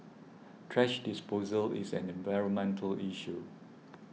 thrash disposal is an environmental issue